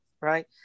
Right